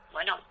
Bueno